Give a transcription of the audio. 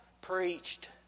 preached